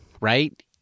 right